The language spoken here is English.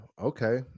Okay